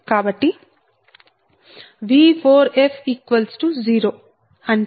కాబట్టి V4f0